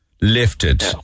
lifted